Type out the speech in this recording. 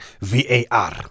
VAR